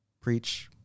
preach